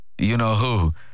you-know-who